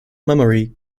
memory